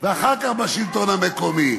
ואחר כך בשלטון המקומי,